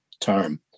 term